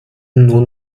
nur